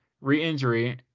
re-injury